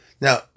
Now